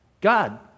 God